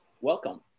welcome